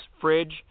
fridge